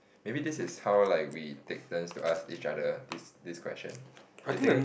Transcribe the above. maybe this is how like we take turns to ask each other this this question did take